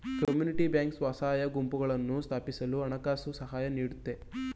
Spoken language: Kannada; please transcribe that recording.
ಕಮ್ಯುನಿಟಿ ಬ್ಯಾಂಕ್ ಸ್ವಸಹಾಯ ಗುಂಪುಗಳನ್ನು ಸ್ಥಾಪಿಸಲು ಹಣಕಾಸಿನ ಸಹಾಯ ನೀಡುತ್ತೆ